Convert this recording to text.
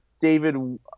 David